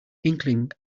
inkling